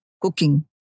cooking